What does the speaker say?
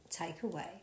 takeaway